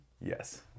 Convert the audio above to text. Yes